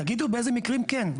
תגידו באיזה מקרים כן,